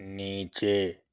نیچے